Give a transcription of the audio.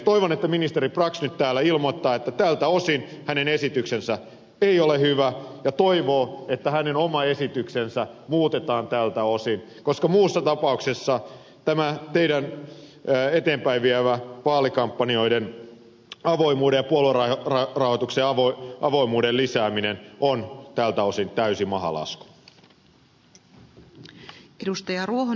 toivon että ministeri brax nyt täällä ilmoittaa että tältä osin hänen esityksensä ei ole hyvä ja toivoo että hänen oma esityksensä muutetaan tältä osin koska muussa tapauksessa tämä teidän vaalikampanjoiden avoimuutta ja puoluerahoituksen avoimuutta lisäävä esityksenne on tältä osin täysi mahalasku